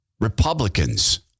Republicans